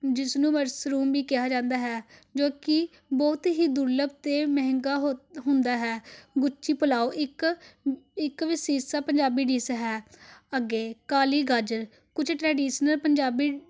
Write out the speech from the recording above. ਜਿਸ ਨੂੰ ਮਸਰੂਮ ਵੀ ਕਿਹਾ ਜਾਂਦਾ ਹੈ ਜੋ ਕਿ ਬਹੁਤ ਹੀ ਦੁਰਲੱਭ ਅਤੇ ਮਹਿੰਗਾ ਹੋ ਹੁੰਦਾ ਹੈ ਗੁੱਚੀ ਪਲਾਓ ਇੱਕ ਇੱਕ ਵਿਸ਼ੇਸ਼ ਪੰਜਾਬੀ ਡਿਸ ਹੈ ਅੱਗੇ ਕਾਲੀ ਗਾਜਰ ਕੁਝ ਟ੍ਰੈਡਿਸ਼ਨਲ ਪੰਜਾਬੀ